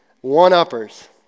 One-uppers